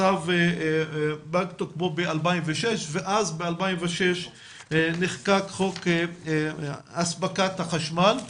הצו פג תוקפו 2006 ואז ב- 2006 נחקק חוק הספקת החשמל,